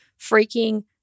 freaking